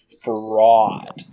fraud